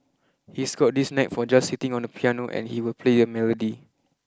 he's got this knack for just sitting on the piano and he will play a melody